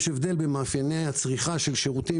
יש הבדל במאפייני הצריכה של שירותים